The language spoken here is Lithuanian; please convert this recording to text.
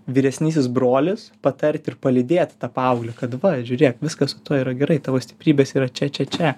vyresnysis brolis patarti ir palydėti tą paauglį kad va žiūrėk viskas su tuo yra gerai tavo stiprybės yra čia čia čia